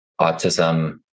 autism